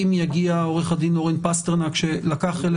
אם יגיע עורך הדין אורן פסטרנק שלקח חלק